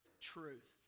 truth